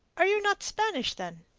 are you not spanish, then?